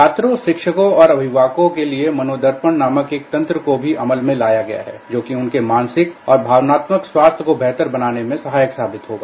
छात्रों शिक्षकों और अभिभावकों के लिए मनोदर्पण नामक एक तंत्र को भी अमल में लाया गया है जोकि उनके मानसिक और भावनात्मक स्वास्थ्य को बेहतर बनाने में सहायक होगा